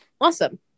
Awesome